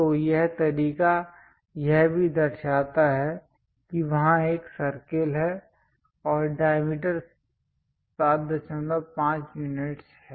तो यह तरीका यह भी दर्शाता है कि वहां एक सर्किल है और डायमीटर 75 यूनिट्स है